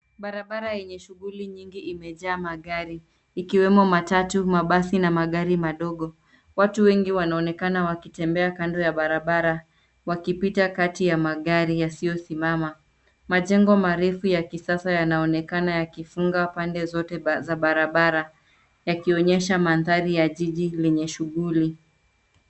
Barabara yenye shughuli nyingi imejaa magari ikiwemo matatu mabasi na magari madogo. Watu wengi wanaonekana wakitembea kando ya barabara, wakipita kati ya magari yasiyosimama. Majengo marefu ya kisasa yanaonekana yakifunga pande zote za barabara yakionyesha mandhari ya jiji lenye shughuli.